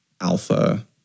alpha